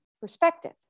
perspective